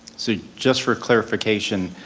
so just for clarification,